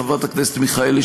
חברת הכנסת מיכאלי,